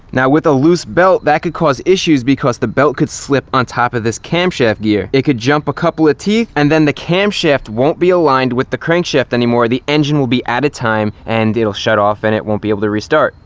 now with a loose belt, that could cause issues because the belt could slip on top of this camshaft gear. it could jump a couple of teeth, and then the camshaft won't be aligned with the crankshaft anymore. the engine will be out of time, and it'll shut off and it won't be able to restart.